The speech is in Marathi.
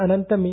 अनंत मी